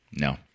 No